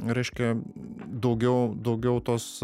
reiškia daugiau daugiau tos